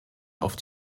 auf